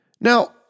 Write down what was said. Now